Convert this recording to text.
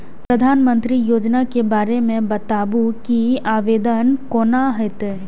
प्रधानमंत्री योजना के बारे मे बताबु की आवेदन कोना हेतै?